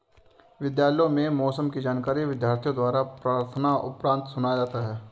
विद्यालयों में मौसम की जानकारी विद्यार्थियों द्वारा प्रार्थना उपरांत सुनाया जाता है